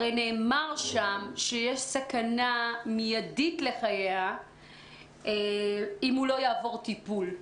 הרי נאמר שם שיש סכנה מידית לחייה אם הוא לא יעבור טיפול.